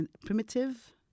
primitive